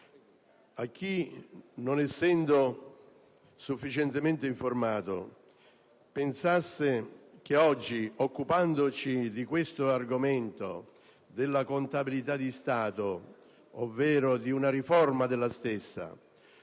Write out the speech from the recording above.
a chi, non essendo sufficientemente informato, pensasse che oggi occupandoci dell'argomento contabilità di Stato, ovvero di una riforma della stessa,